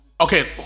Okay